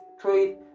trade